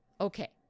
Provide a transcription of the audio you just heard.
Okay